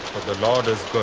the lord is